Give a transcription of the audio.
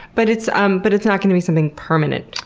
but it's um but it's not going to be something permanent.